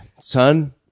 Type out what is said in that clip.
son